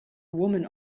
woman